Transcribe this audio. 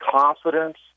confidence